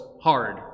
hard